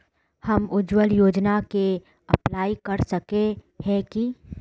हम उज्वल योजना के अप्लाई कर सके है की?